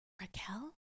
Raquel